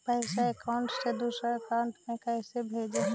पैसा अकाउंट से दूसरा अकाउंट में कैसे भेजे?